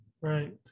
Right